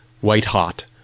white-hot